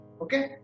okay